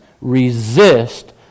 resist